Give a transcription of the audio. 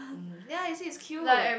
mm ya you see it's cute